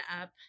up